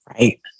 right